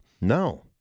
No